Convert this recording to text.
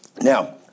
Now